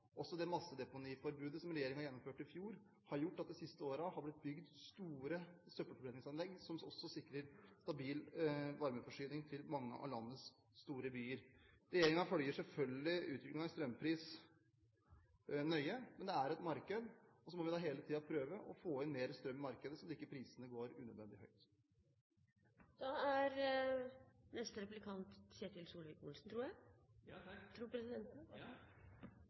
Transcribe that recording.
Også det massedeponiforbudet som regjeringen gjennomførte i fjor, har gjort at det i de siste årene har blitt bygd store søppelforbrenningsanlegg, som også sikrer stabil varmeforsyning til mange av landets store byer. Regjeringen følger selvfølgelig utviklingen i strømprisene nøye, men det er et marked, og så må vi hele tiden prøve å få inn mer strøm i markedet, slik at prisene ikke blir unødvendig høye. Problemet som representanten Slagsvold Vedum ikke berører, er